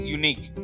unique